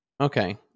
okay